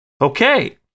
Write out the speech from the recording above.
Okay